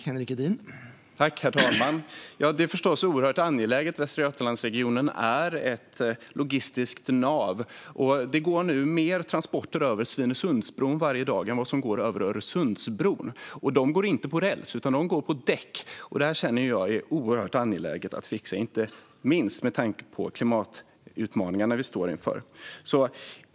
Herr talman! Detta är förstås oerhört angeläget. Västra Götalandsregionen är ett logistiskt nav. Det går nu mer transporter över Svinesundsbron varje dag än över Öresundsbron. De går inte på räls utan på däck. Detta är oerhört angeläget att fixa, känner jag, inte minst med tanke på de klimatutmaningar vi står inför.